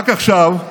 רק עכשיו,